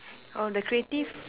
oh the creative